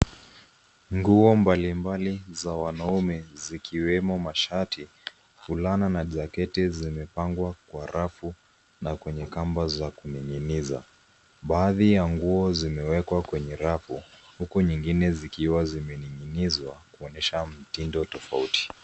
Nguo mbalimbali za wanaume zikiwemo mashati, fulana na jaketi zimepangwa kwa rafu na kwenye kamba za kuning'iniza. Baadhi ya nguo zimewekwa kwenye rafu huku nyingine zikiwa zimening'inizwa kuonyesha mtindo tofauti.